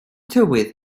tywydd